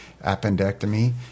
appendectomy